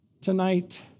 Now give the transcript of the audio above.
Tonight